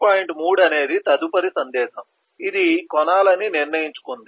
3 అనేది తదుపరి సందేశం ఇది కొనాలని నిర్ణయించుకుంది